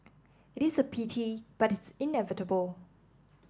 it is a pity but it's inevitable